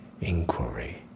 inquiry